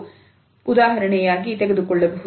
ಇದನ್ನು ಉದಾಹರಣೆಯಾಗಿ ತೆಗೆದುಕೊಳ್ಳಬಹುದು